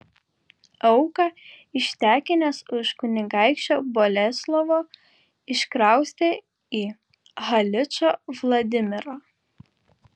auką ištekinęs už kunigaikščio boleslovo iškraustė į haličo vladimirą